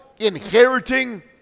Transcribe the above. inheriting